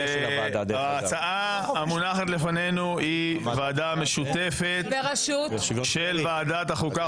ההצעה המונחת לפנינו היא ועדה משותפת של ועדת החוקה,